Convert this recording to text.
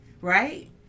right